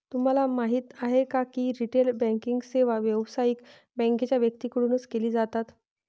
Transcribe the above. तुम्हाला माहिती आहे का की रिटेल बँकिंग सेवा व्यावसायिक बँकांच्या व्यक्तींकडून घेतली जातात